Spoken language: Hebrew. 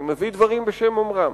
אני מביא דברים בשם אומרם.